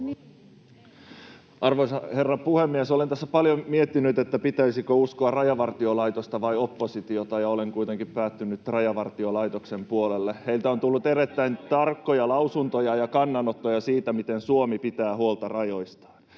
Arvoisa herra puhemies! Olen tässä paljon miettinyt, pitäisikö uskoa Rajavartiolaitosta vai oppositiota, ja olen kuitenkin päätynyt Rajavartiolaitoksen puolelle. Heiltä on tullut erittäin tarkkoja lausuntoja ja kannanottoja siitä, miten Suomi pitää huolta rajoistaan.